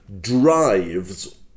drives